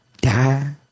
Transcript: die